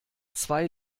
zwei